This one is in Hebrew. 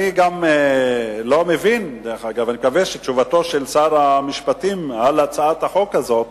אני מקווה שתשובתו של שר המשפטים על הצעת החוק הזאת